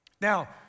Now